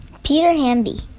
peter hamby.